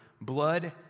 blood